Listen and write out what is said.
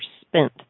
spent